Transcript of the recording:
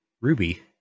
Ruby